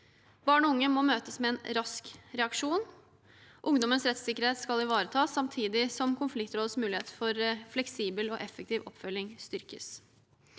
Barn og unge må møtes med en rask reaksjon. Ungdommens rettssikkerhet skal ivaretas, samtidig som konfliktrådets mulighet for fleksibel og effektiv oppfølging styrkes.